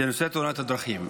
וזה נושא תאונות הדרכים.